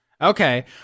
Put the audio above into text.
Okay